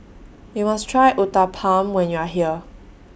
YOU must Try Uthapam when YOU Are here